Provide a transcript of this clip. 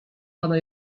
pana